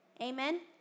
Amen